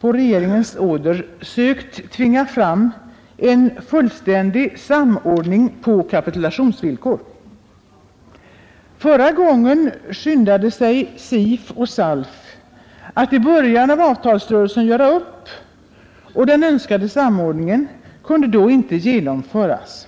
på regeringens order sökt tvinga fram en fullständig samordning på kapitulationsvillkor. Förra gången skyndade sig SIF och SALF att i början av avtalsrörelsen göra upp, och den önskade samordningen kunde då inte genomföras.